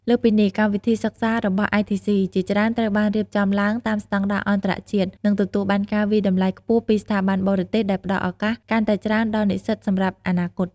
លើសពីនេះកម្មវិធីសិក្សារបស់ ITC ជាច្រើនត្រូវបានរៀបចំឡើងតាមស្តង់ដារអន្តរជាតិ និងទទួលបានការវាយតម្លៃខ្ពស់ពីស្ថាប័នបរទេស ដែលផ្តល់ឱកាសកាន់តែច្រើនដល់និស្សិតសម្រាប់អនាគត។